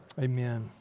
Amen